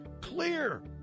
clear